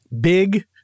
Big